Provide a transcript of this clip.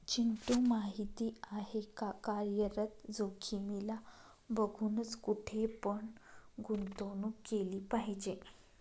चिंटू माहिती आहे का? कार्यरत जोखीमीला बघूनच, कुठे पण गुंतवणूक केली पाहिजे